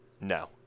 No